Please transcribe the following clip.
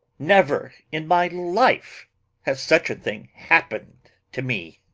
never in my life has such a thing happened to me.